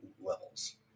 levels